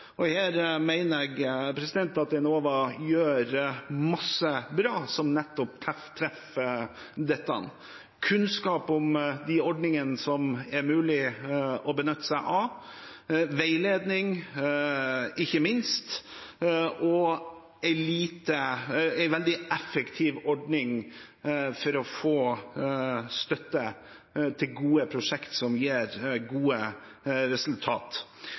Her mener jeg at Enova gjør masse bra, som nettopp treffer dette, som kunnskap om de ordningene som er mulig å benytte seg av, veiledning – ikke minst – og en veldig effektiv ordning for å få støtte til gode prosjekt som gir gode resultat.